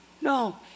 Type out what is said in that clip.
No